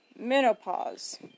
menopause